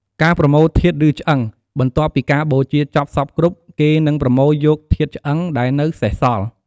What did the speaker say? ការប្រមូលធាតុ ឬឆ្អឹង បន្ទាប់ពីការបូជាចប់សព្វគ្រប់ គេនឹងប្រមូលយកធាតុឆ្អឹងដែលនៅសេសសល់។